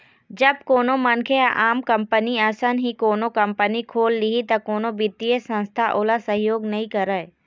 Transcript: जब कोनो मनखे ह आम कंपनी असन ही कोनो कंपनी खोल लिही त कोनो बित्तीय संस्था ओला सहयोग नइ करय